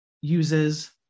uses